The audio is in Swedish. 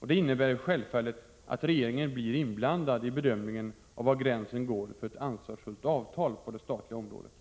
Detta innebär självfallet att regeringen blir inblandad i var gränsen går för ett ansvarsfullt avtal på det statliga området.